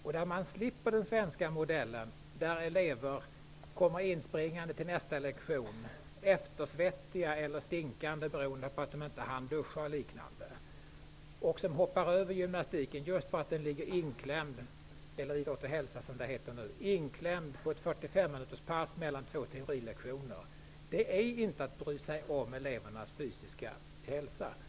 Där har man inte den svenska modellen som innebär att elever kommer inspringande till nästa lektion eftersvettiga eller stinkande beroende på att de inte hann duscha. Den svenska modellen innebär också att elever hoppar över idrott och hälsa just för att det ämnet ligger inklämt på ett 45-minuterspass mellan två teorilektioner. Att låta det vara så här är inte att bry sig om elevernas fysiska hälsa.